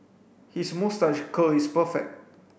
his moustache curl is perfect